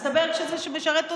מסתבר שכשזה משרת אותו,